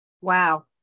Wow